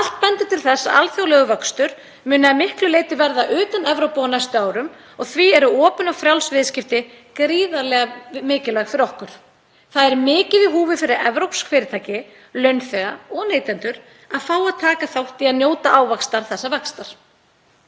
Allt bendir til þess að alþjóðlegur vöxtur muni að miklu leyti verða utan Evrópu á næstu árum og því eru opin og frjáls viðskipti gríðarlega mikilvæg fyrir okkur. Það er mikið í húfi fyrir evrópsk fyrirtæki, launþega og neytendur að fá að taka þátt í að njóta ávaxtar þessa vaxtar.